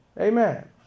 amen